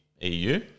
EU